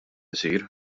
isir